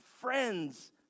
friends